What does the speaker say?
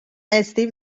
استیو